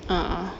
ah ah